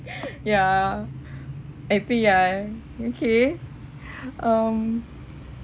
ya happy ya okay um